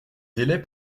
délai